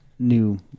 New